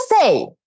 say